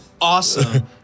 awesome